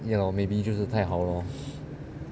ya lor maybe 就是太好 lor